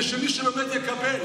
כדי שמי שלומד יקבל.